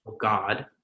God